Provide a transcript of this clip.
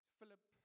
Philip